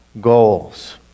goals